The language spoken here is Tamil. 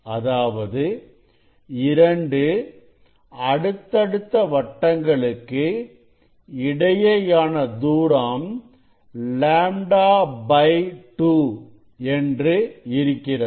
அதாவது இரண்டு அடுத்தடுத்த வட்டங்களுக்கு இடையேயான தூரம் λ 2 என்று இருக்கிறது